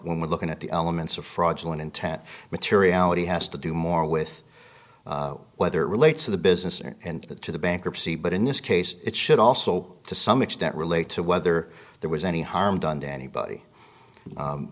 when we're looking at the elements of fraudulent intent materiality has to do more with whether relates to the business and to the bankruptcy but in this case it should also to some extent relate to whether there was any harm done to anybody